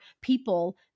people